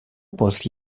was